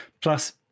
Plus